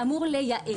זה אמור לייעל.